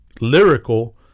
lyrical